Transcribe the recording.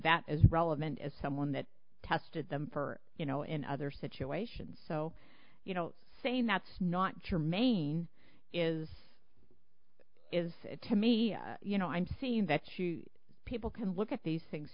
that as relevant as someone that tested them for you know in other situations so you know saying that's not germane is to me you know i'm saying that people can look at these things